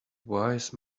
wise